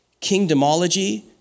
Kingdomology